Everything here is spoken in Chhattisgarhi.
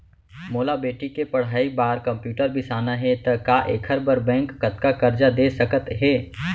मोला बेटी के पढ़ई बार कम्प्यूटर बिसाना हे त का एखर बर बैंक कतका करजा दे सकत हे?